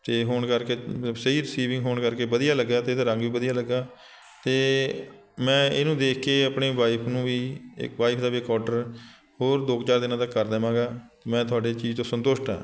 ਅਤੇ ਹੋਣ ਕਰਕੇ ਸਹੀ ਰਿਸੀਵਿੰਗ ਹੋਣ ਕਰਕੇ ਵਧੀਆ ਲੱਗਾ ਅਤੇ ਇਹਦਾ ਰੰਗ ਵੀ ਵਧੀਆ ਲੱਗਾ ਅਤੇ ਮੈਂ ਇਹਨੂੰ ਦੇਖ ਕੇ ਆਪਣੀ ਵਾਈਫ ਨੂੰ ਵੀ ਵਾਈਫ ਦਾ ਵੀ ਇੱਕ ਔਡਰ ਹੋਰ ਦੋ ਚਾਰ ਦਿਨਾਂ ਤੱਕ ਕਰ ਦੇਵਾਂਗਾ ਮੈਂ ਤੁਹਾਡੇ ਚੀਜ਼ ਤੋਂ ਸੰਤੁਸ਼ਟ ਹਾਂ